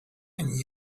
and